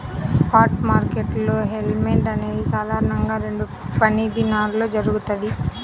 spot మార్కెట్లో settlement అనేది సాధారణంగా రెండు పనిదినాల్లో జరుగుతది,